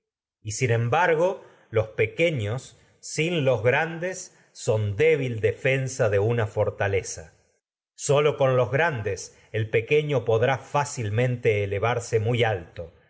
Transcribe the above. y sin embargo pequeños sin los grandes son débil defensa de una forta leza sólo con los grandes el muy pequeño podrá fácilmente elevarse alto